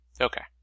Okay